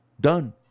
Done